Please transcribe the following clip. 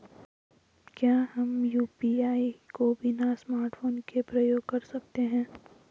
क्या हम यु.पी.आई को बिना स्मार्टफ़ोन के प्रयोग कर सकते हैं?